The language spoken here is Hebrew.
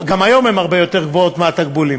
גם היום הן הרבה יותר גבוהות מהתקבולים,